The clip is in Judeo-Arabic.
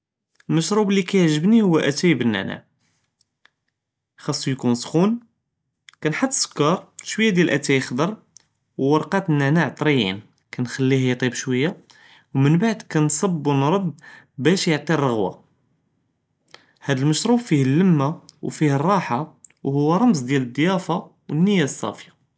אלמשְרוּבּ לי כִּיעְגְ׳בְּנִי הוּא לתָאי בִּנַענַאע, חְ׳סוּ יכּוּן סְחוּן כּנְחַט לסּכְּר שׁוִויא דיאל לאאתַאי חְ׳דַר וַרְקָאת נַענַאע טְרִיִּין כּנְחַלִיה יְטִיבּ שׁוִויא ו מן בְּעְד כּנְצֹבּ ו נְרְבּ בּאש יְעְטִי לרְגוּה, האדא למשְרוּבּ פִיהָא ללִמָה ו פִיהָא לרָאחָה ו רְמְז דיאל צִּיַאפָה ו נִיַה צָּאפִיָה.